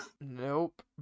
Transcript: Nope